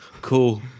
Cool